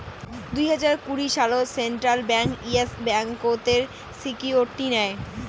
দুই হাজার কুড়ি সালত সেন্ট্রাল ব্যাঙ্ক ইয়েস ব্যাংকতের সিকিউরিটি নেয়